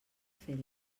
fer